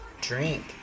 drink